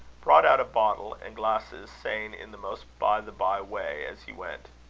brought out a bottle and glasses, saying, in the most by-the-bye way, as he went